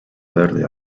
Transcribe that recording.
verde